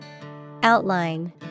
Outline